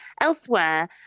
elsewhere